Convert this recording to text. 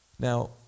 Now